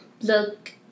look